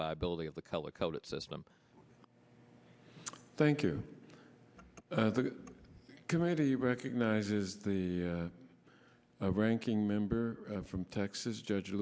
viability of the color coded system thank you the community recognizes the ranking member from texas judge